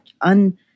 un